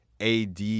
ad